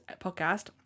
podcast